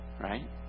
right